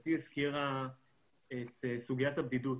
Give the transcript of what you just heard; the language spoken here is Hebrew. גברתי הזכירה את סוגיית הבדידות,